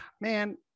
man